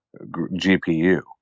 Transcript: GPU